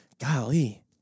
Golly